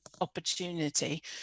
opportunity